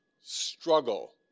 Struggle